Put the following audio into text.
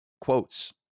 quotes